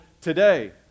today